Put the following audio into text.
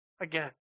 again